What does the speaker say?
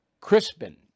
Crispin